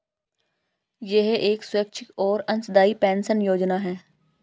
यह एक स्वैच्छिक और अंशदायी पेंशन योजना है